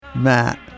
Matt